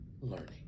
learning